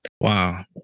Wow